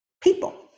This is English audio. people